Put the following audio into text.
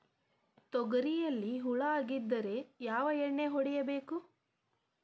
ತೊಗರಿಯಲ್ಲಿ ಹುಳ ಆಗಿದ್ದರೆ ಯಾವ ಎಣ್ಣೆ ಹೊಡಿಬೇಕು?